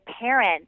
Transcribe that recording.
parent